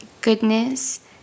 goodness